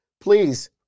please